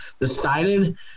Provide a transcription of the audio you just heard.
decided